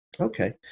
Okay